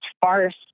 farce